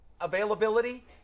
availability